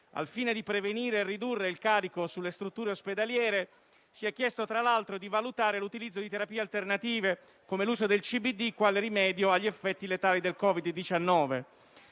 al fine di prevenire e ridurre il carico sulle strutture ospedaliere, si è chiesto, tra l'altro, di valutare l'utilizzo di terapie alternative, come l'uso del CBD quale rimedio agli effetti letali del Covid-19.